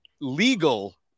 legal